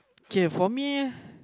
okay for me